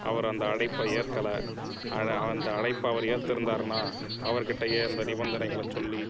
அவர் அந்த அழைப்பை ஏற்கலை அழ அந்த அழைப்பை அவர் ஏற்றிருந்தாருனா அவர்கிட்டயே இந்த நிபந்தனைகளை சொல்லி